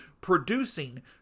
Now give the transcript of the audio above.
producing